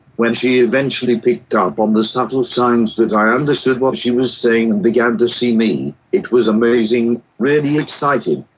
when she eventually picked up on the subtle signs that i understood what she was saying and began to see me, it was amazing, really exciting.